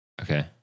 okay